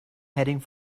heading